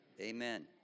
amen